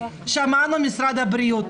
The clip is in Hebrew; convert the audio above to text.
שמענו את משרד הבריאות,